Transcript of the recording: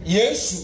Yes